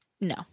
No